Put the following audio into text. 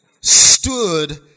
stood